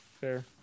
Fair